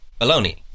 baloney